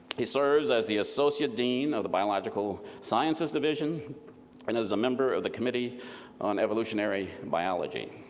he serves as the associate dean of the biological sciences division and as a member of the committee on evolutionary biology.